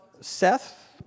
Seth